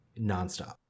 nonstop